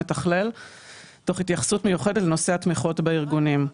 מתכלל תוך התייחסות מיוחדת לנושא התמיכות בארגונים.